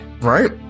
Right